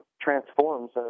transforms